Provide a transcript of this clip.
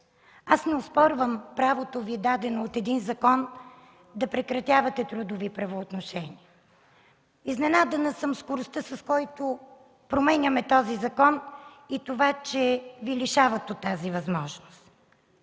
Аз не оспорвам правото Ви, дадено от един закон, да прекратявате трудови правоотношения. Изненадана съм от скоростта, с която променяме този закон, и това, че Ви лишават от тази възможност.